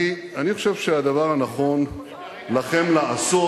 אני חושב שהדבר הנכון לכם לעשות,